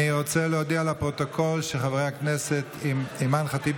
אני רוצה להודיע לפרוטוקול שחברי הכנסת אימאן ח'טיב